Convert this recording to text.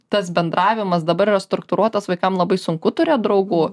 tas bendravimas dabar yra struktūruotas vaikam labai sunku turėt draugų